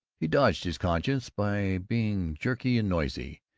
he dodged his conscience by being jerky and noisy,